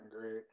great